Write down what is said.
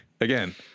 again